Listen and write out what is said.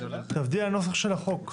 תעבדי על הנוסח של החוק.